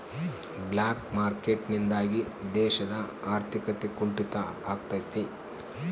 block market ನಿಂದಾಗಿ ದೇಶದ ಆರ್ಥಿಕತೆ ಕುಂಟಿತ ಆಗ್ತೈತೆ